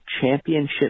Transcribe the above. championship